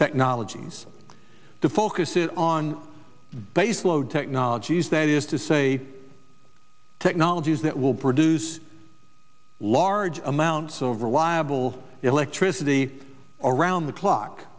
technologies to focus it on base load technologies that is to say technologies that will produce large amounts of reliable electricity around the clock